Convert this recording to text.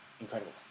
incredible